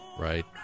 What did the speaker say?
Right